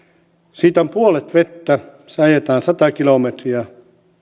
on puolet vettä se ajetaan sata kilometriä